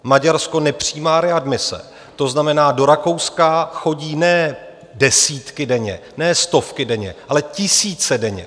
Maďarsko nepřijímá readmise, to znamená, do Rakouska chodí ne desítky denně, ne stovky denně, ale tisíce denně.